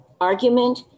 argument